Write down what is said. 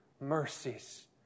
mercies